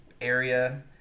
area